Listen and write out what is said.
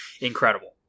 incredible